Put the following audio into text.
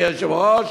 אדוני היושב-ראש,